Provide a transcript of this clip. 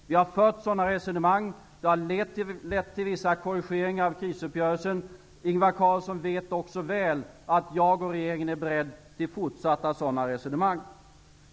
Vi har fört sådana resonemang, och det har lett till vissa korrigeringar av krisuppgörelsen. Ingvar Carlsson vet också väl att jag och regeringen är beredd till fortsatta sådana resonemang.